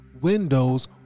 Windows